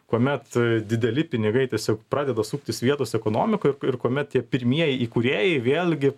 kuomet dideli pinigai tiesiog pradeda suktis vietos ekonomikoj ir kuomet tie pirmieji įkūrėjai vėlgi